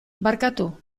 barkatu